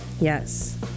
Yes